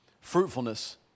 fruitfulness